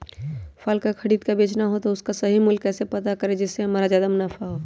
फल का खरीद का बेचना हो तो उसका सही मूल्य कैसे पता करें जिससे हमारा ज्याद मुनाफा हो?